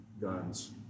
guns